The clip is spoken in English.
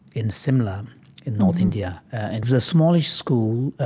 in shimla in north india. it was a smallish school,